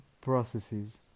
processes